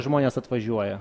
žmonės atvažiuoja